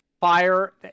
fire